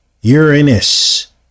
Uranus